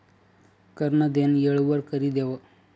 कर नं देनं येळवर करि देवं